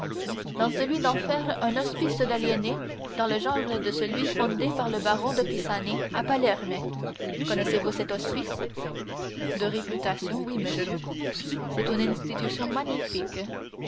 dans celui d'en faire un hospice d'aliénés dans le style de celui fondé par le baron de pisani à palerme connaissez-vous cet hospice de réputation oui monsieur c'est une institution magnifique